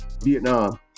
Vietnam